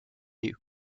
you